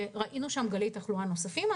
וראינו בהן גלי תחלואה נוספים.